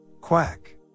Quack